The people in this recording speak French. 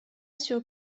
sur